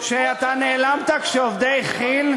שאתה נעלמת כשעובדי כי"ל,